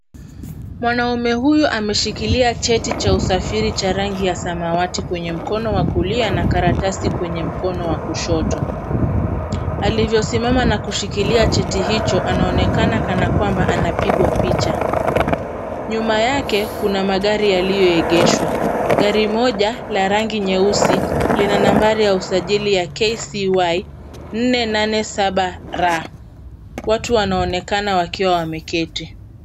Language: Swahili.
Mwanaume huyu ameshikilia cheti cha usafiri cha rangi ya samawati kwenye mkononi wa kulia na karatasi kwenye mkono wa kushoto. Alivyosimama na kushikilia cheti hicho anaonekana kana kwamba anapigwa picha. Nyuma yake kuna magari yalioegeshwa. Gari moja la gari nyeusi lina nambari ya usajili ya KCY 487R. Watu wanaonekana wakiwa wameketi.